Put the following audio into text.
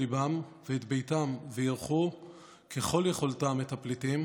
ליבם ואת ביתם ואירחו ככל יכולתם את הפליטים,